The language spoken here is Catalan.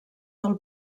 del